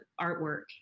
artwork